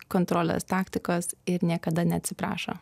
kontrolės taktikos ir niekada neatsiprašo